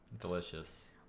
Delicious